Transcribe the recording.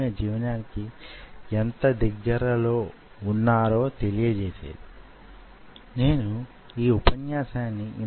వచ్చే తరగతిలో మిగిలిన విషయాలను కలిపి చర్చించుకుందాం